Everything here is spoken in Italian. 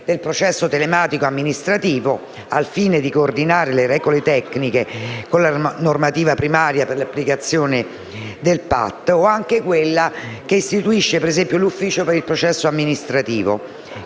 del processo telematico amministrativo al fine di coordinare le regole tecniche con la normativa primaria per l'applicazione del PAT o di quella che istituisce, ad esempio, l'ufficio per il processo amministrativo,